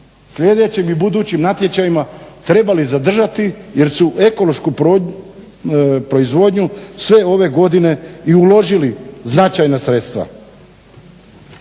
sljedećim i budućim natječajima trebali zadržati jer su u ekološku proizvodnju sve ove godine i uložili značajna sredstva.